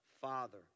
father